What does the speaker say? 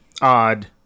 odd